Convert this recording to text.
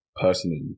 personally